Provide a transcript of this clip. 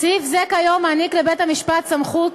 יותר מיוכפל.